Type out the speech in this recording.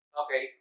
okay